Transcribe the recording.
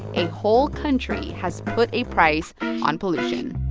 a whole country has put a price on pollution